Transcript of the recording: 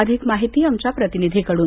अधिक माहिती आमच्या प्रतिनिधी कडून